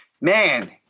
man